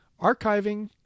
archiving